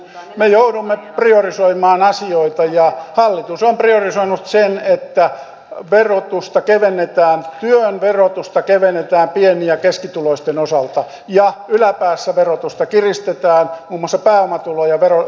me joudumme priorisoimaan asioita ja hallitus on priorisoinut sen että työn verotusta kevennetään pieni ja keskituloisten osalta ja yläpäässä verotusta kiristetään muun muassa pääomatulojen veroa kiristetään